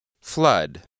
Flood